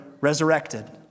resurrected